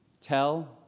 tell